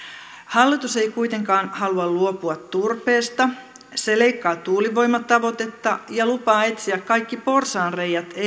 hallitus ei kuitenkaan halua luopua turpeesta se leikkaa tuulivoimatavoitetta ja lupaa etsiä kaikki porsaanreiät